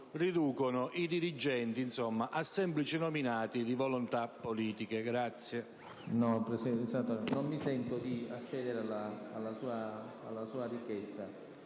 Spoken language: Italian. riduce i dirigenti a semplici nominati per volontà politiche.